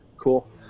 Cool